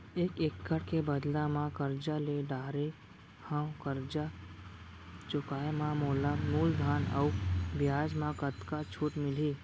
एक एक्कड़ के बदला म करजा ले डारे हव, करजा चुकाए म मोला मूलधन अऊ बियाज म कतका छूट मिलही?